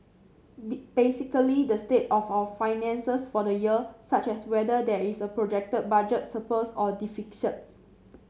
be basically the state of our finances for the year such as whether there is a projected budget surplus or